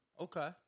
Okay